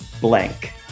blank